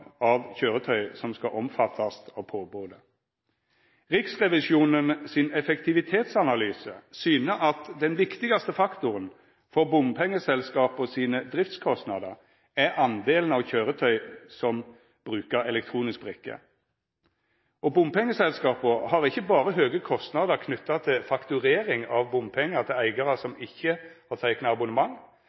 av køyretøy som skal omfattast av påbodet. Riksrevisjonen sin effektivitetsanalyse syner at den viktigaste faktoren for bompengeselskapa sine driftskostnadar er andelen av køyretøy som brukar elektronisk brikke. Bompengeselskapa har ikkje berre høge kostnadar knytte til fakturering av bompengar til eigarar som ikkje har teikna abonnement.